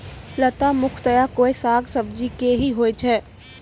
लता मुख्यतया कोय साग सब्जी के हीं होय छै